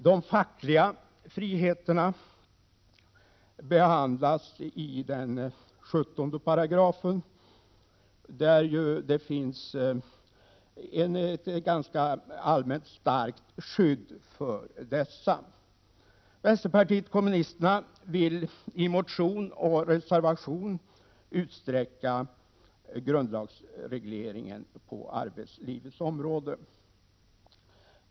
De fackliga friheterna behandlas i 2 kap. 17 §, där det finns ett ganska allmänt starkt skydd för dessa friheter. Vänsterpartiet kommunisterna vill i motion och reservation utsträcka grundlagsregleringen på arbetslivets område.